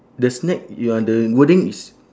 the snack ya the wording is